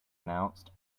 announced